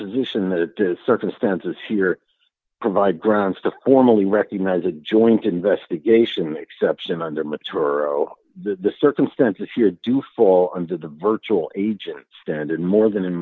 position that the circumstances here provide grounds to formally recognize a joint investigation exception under maturer the circumstances here do fall under the virtual agent standard more than